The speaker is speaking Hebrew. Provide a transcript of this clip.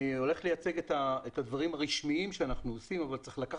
אני הולך לייצג את הדברים הרשמיים שאנחנו עושים אבל צריך לקחת